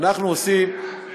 אנחנו בעד.